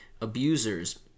abusers